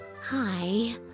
Hi